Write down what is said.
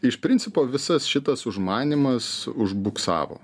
iš principo visas šitas užmanymas už buksavo